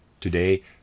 Today